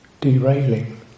derailing